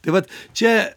tai vat čia